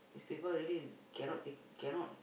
these people really cannot take cannot